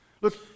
Look